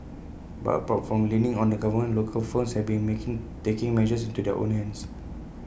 but apart from leaning on the government local firms have been making taking matters into their own hands